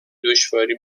دشواری